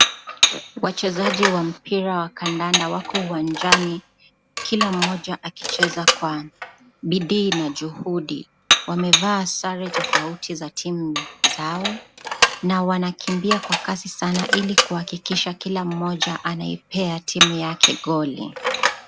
Wachezaji wa mpira wa kandanda wako uwanjani, kila mmoja akicheza kwa bidii na juhudi. Wamevaa sare tofauti za timu zao na wanakimbia kwa kasi sana ili kuhakikisha kila mmoja anaipea timu yake goli.